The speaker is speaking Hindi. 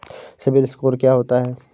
सिबिल स्कोर क्या होता है?